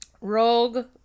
Rogue